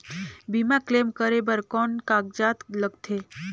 बीमा क्लेम करे बर कौन कागजात लगथे?